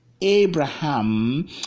Abraham